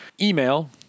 email